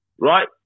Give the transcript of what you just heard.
Right